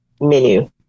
menu